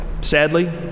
Sadly